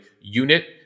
unit